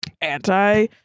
anti